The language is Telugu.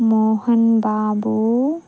మోహన్ బాబు